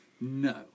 No